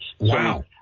Wow